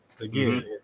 again